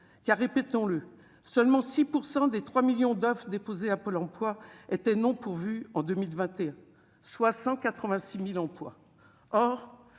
a, répétons-le, seulement 6 % des 3 millions d'offres déposées à Pôle emploi étaient non pourvus en 2021 soit 186000 emplois.